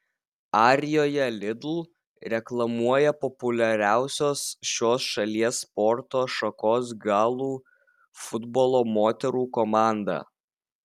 arijoje lidl reklamuoja populiariausios šios šalies sporto šakos galų futbolo moterų komanda